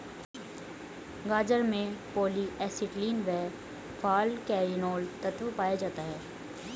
गाजर में polyacetylene व फालकैरिनोल तत्व पाया जाता है